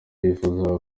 yifuzaga